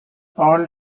all